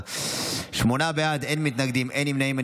שמונה בעד, אין מתנגדים, אין נמנעים.